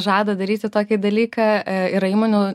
žada daryti tokį dalyką yra įmonių